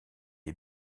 les